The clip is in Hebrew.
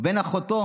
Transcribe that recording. ובן אחותו